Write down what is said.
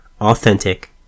authentic